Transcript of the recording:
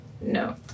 No